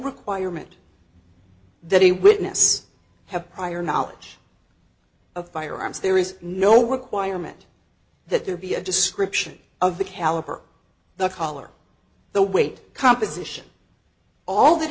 requirement that a witness have prior knowledge of firearms there is no requirement that there be a description of the caliber the color the weight composition all that